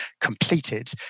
completed